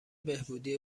بهبودی